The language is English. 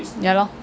ya lor